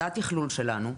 זה התכלול שלנו,